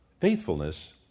faithfulness